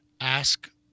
ask